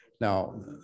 Now